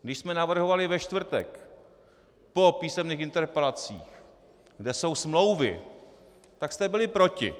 Když jsme navrhovali ve čtvrtek po písemných interpelacích, kde jsou smlouvy, tak jste byli proti.